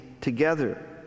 together